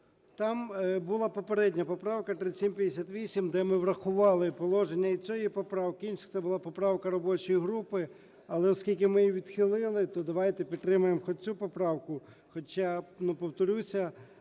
Там була попередня поправка 3758, де ми врахували положення і цією поправки. Інша – це була поправка робочої групи, але оскільки ми її відхилили, то давайте підтримаємо хоч цю поправку. Хоча, ну, повторюся,